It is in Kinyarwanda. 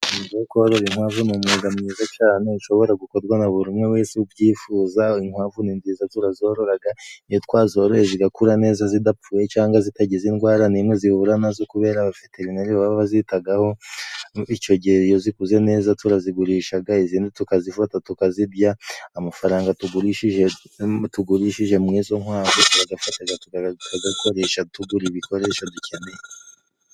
Umwuga wo korora inkwavu ni umwuga mwiza cane ushobora gukorwa na buri umwe wese ubyifuza, inkwavu ni nziza turazororaga, iyo twazoroye zigakura neza zidapfuye, cangwa zitagize indwara nimwe zihura nazo, kubera abaveterineri baba bazitagaho, ico gihe iyo zikuze neza turazigurishaga izindi tukazifata tukazirya, amafaranga tugurishije tugurishije mu izo nkwavu tukagafa tugakoresha tugura ibikoresho dukeneye.